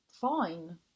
fine